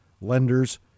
lenders